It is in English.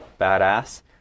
badass